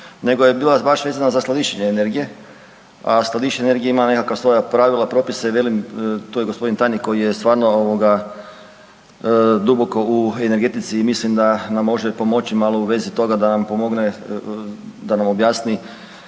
nego je bila vaša izmjena za skladištenje energije, a skladištenje energije ima nekakva svoja pravila i propise i velim tu gospodin tajnik koji je stvarno ovoga duboko u energetici i mislim da nam može pomoći malo u vezi toga da nam pomogne da nam objasni